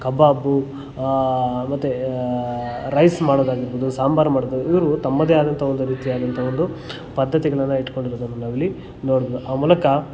ಕಬಾಬು ಮತ್ತು ರೈಸ್ ಮಾಡೊದಾಗಿರ್ಬೊದು ಸಾಂಬಾರು ಮಾಡೋದು ಇವರು ತಮ್ಮದೆ ಆದಂಥ ಒಂದು ರೀತಿಯಾದಂಥ ಒಂದು ಪದ್ಧತಿಗಳನ್ನು ಇಟ್ಕೊಂಡಿರೋದನ್ನು ನಾವಿಲ್ಲಿ ನೋಡ್ಬೊದು ಆ ಮೂಲಕ